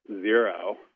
zero